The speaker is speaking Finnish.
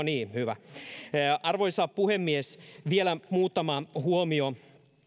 niin hyvä arvoisa puhemies vielä muutama huomio